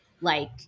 like-